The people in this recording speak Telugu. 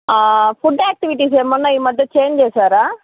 ఫుడ్డు యాక్టివిటీస్ ఏమైనా ఈమధ్య చేంజ్ చేసారా